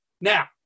Now